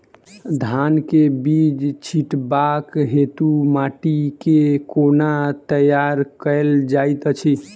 धान केँ बीज छिटबाक हेतु माटि केँ कोना तैयार कएल जाइत अछि?